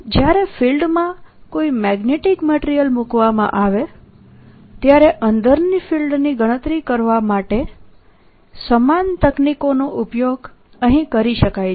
જ્યારે ફિલ્ડમાં કોઈ મેગ્નેટીક મટીરીયલ મૂકવામાં આવે ત્યારે અંદરની ફિલ્ડની ગણતરી કરવા માટે સમાન તકનીકોનો ઉપયોગ અહીં કરી શકાય છે